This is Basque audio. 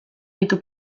ditu